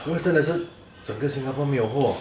因为真的是整个 Singapore 没有货